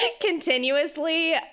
continuously